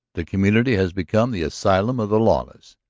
the community has become the asylum of the lawless.